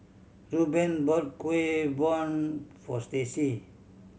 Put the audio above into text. Reuben bought Kuih Bom for Stacy